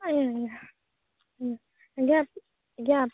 ଆଜ୍ଞା ଆଜ୍ଞା ହୁଁ ଆଜ୍ଞା ଆଜ୍ଞା